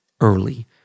early